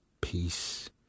peace